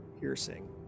piercing